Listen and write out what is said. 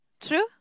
True